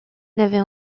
n’avait